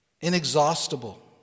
inexhaustible